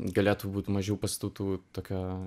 galėtų būt mažiau pastatų tokių